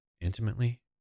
intimately